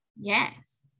Yes